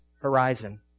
horizon